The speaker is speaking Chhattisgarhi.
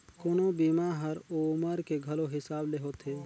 कोनो बीमा हर उमर के घलो हिसाब ले होथे